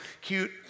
cute